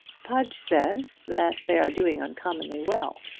pudge says that they are doing uncommonly well.